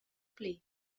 pli